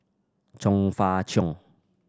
Chong Fah Cheong